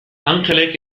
anjelek